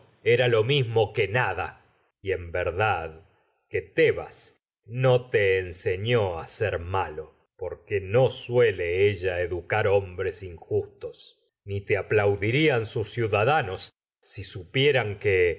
era lo mismo que nada a ser y en que tebas te enseñó malo te porque no suele ella educar si hombres injustos ni aplaudirían sus ciudadanos supieran que los